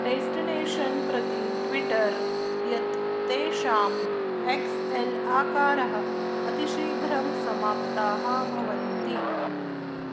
destination प्रति Twitter यत् तेषाम् एक्स् एल् आकारः अतिशीघ्रं समाप्ताः भवन्ति